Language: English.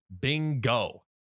Bingo